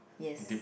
yes